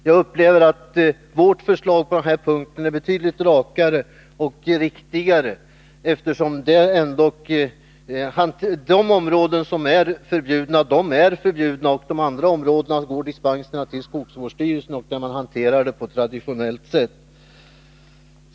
Jag anser att vårt förslag på den här punkten är betydligt rakare och riktigare, eftersom de områden som där är förbjudna verkligen är förbjudna, och när det gäller de andra områdena går dispenserna till skogsvårdsstyrelsen, där de hanteras på traditionellt sätt.